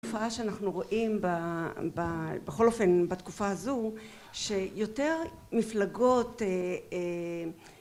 התופעה שאנחנו רואים בכל אופן בתקופה הזו שיותר מפלגות